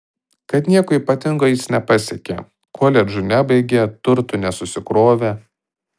kad nieko ypatingo jis nepasiekė koledžų nebaigė turtų nesusikrovė